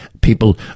people